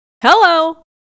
hello